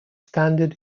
standard